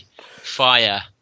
fire